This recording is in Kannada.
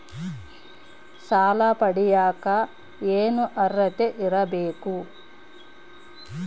ಸಾಲ ಪಡಿಯಕ ಏನು ಅರ್ಹತೆ ಇರಬೇಕು?